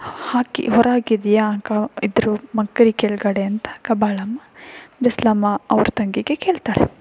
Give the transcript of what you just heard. ಹಾಕಿ ಹೊರ ಹಾಕಿದ್ದೀಯಾ ಇದ್ರ ಮಂಕರಿ ಕೆಳಗಡೆ ಅಂತ ಕಬ್ಬಾಳಮ್ಮ ಬಿಸ್ಲಮ್ಮ ಅವ್ರ ತಂಗಿಗೆ ಕೇಳ್ತಾಳೆ